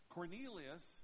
Cornelius